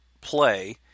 play